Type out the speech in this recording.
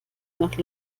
nach